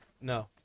No